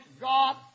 God